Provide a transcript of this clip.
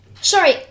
sorry